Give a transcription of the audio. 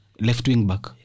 Left-wing-back